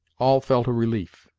all felt a relief,